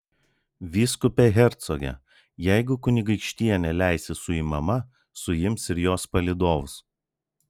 vyskupe hercoge jeigu kunigaikštienė leisis suimama suims ir jos palydovus